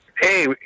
Hey